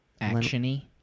Action-y